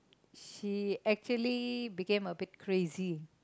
she actually became a bit crazy